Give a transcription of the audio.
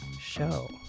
show